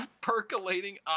percolating